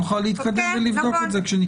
נוכל להתקדם ולבדוק את זה כשניכנס לפרטים.